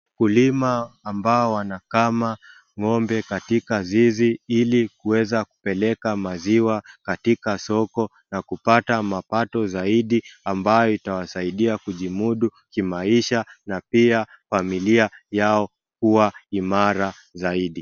Mkulima ambao wanakama ng'ombe katika zizi ili kuweza kupeleka maziwa katika soko na kupata mapato zaidi ambao itaweza kujimudu kimaisha na pia familia yao kuwa imara zaidi.